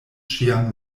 ŝian